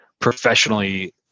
professionally